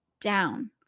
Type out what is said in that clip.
down